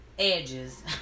edges